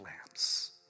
lamps